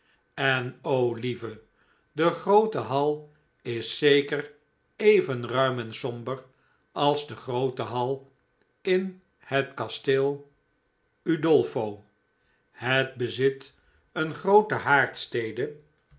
en o lieve de groote hal is zeker even ruim en somber als de groote hal in het kasteel udolpho het bezit een groote